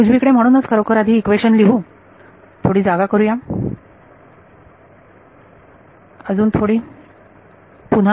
उजवीकडे म्हणूनच खरोखर आधी हे इक्वेशन लिहू या थोडी जागा करूया अजून थोडी पुन्हा